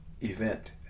event